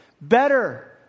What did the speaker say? better